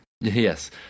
Yes